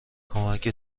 کمک